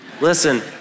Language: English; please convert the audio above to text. Listen